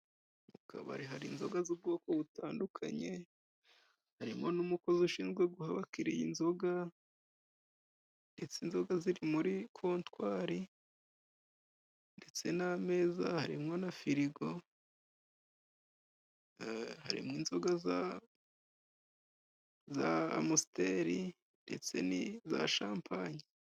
Mu kabari hari inzoga z'ubwoko butandukanye, harimo n'umukozi ushinzwe guha abakiriya inzoga, ndetse inzoga ziri muri kontwari ndetse n'ameza harimo na firigo, harimo inzoga za amusteri ndetse n'iza shampanye.